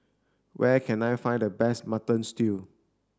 where can I find the best mutton stew